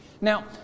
Now